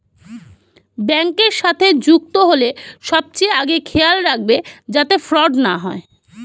ব্যাংকের সাথে যুক্ত হল সবচেয়ে আগে খেয়াল রাখবে যাতে ফ্রড না হয়